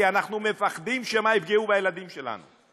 כי אנחנו מפחדים שמא יפגעו בילדים שלנו.